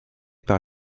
par